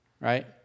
Right